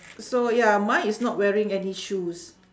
so ya mine is not wearing any shoes